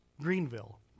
Greenville